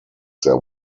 there